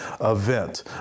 event